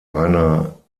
einer